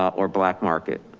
or black market.